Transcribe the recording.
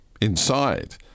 inside